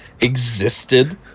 existed